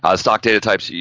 ah stock data types, yeah